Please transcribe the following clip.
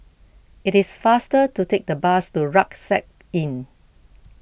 it is faster to take the bus to Rucksack Inn